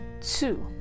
Two